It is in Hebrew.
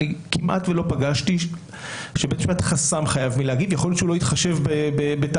אני כמעט ולא נתקלתי במצב בו בית המשפט חסם חייב מלהגיב,